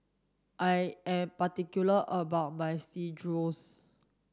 I am particular about my Chorizo